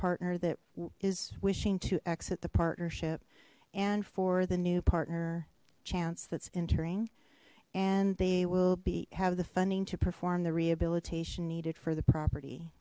partner that is wishing to exit the partnership and for the new partner chance that's entering and they will be have the funding to perform the rehabilitation needed for the property